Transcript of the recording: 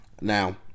now